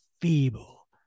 feeble